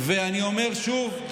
ואני אומר שוב: